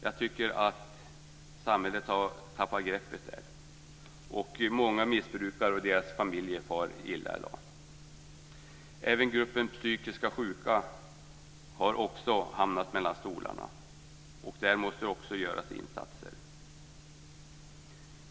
Jag tycker att samhället har tappat greppet där. Många missbrukare och deras familjer far illa i dag. Även gruppen psykiskt sjuka har hamnat mellan stolarna. Där måste det också göras insatser.